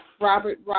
Robert